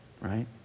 right